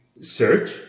search